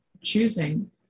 choosing